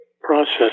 process